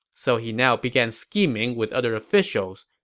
so he now began scheming with other officials.